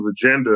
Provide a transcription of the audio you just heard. agenda